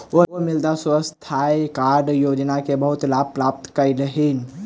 ओ मृदा स्वास्थ्य कार्ड योजना के बहुत लाभ प्राप्त कयलह्नि